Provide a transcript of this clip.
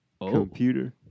computer